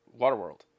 Waterworld